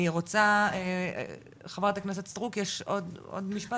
אני רוצה, חה"כ סרוק יש עוד משפט?